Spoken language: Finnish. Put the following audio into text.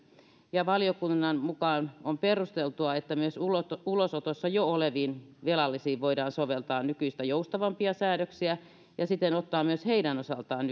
valiokunnan mukaan on perusteltua että myös ulosotossa jo oleviin velallisiin voidaan soveltaa nykyistä joustavampia säädöksiä ja siten ottaa myös heidän osaltaan